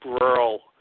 rural